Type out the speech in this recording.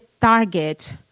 target